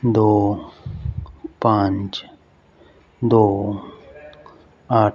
ਦੋ ਪੰਜ ਦੋ ਅੱਠ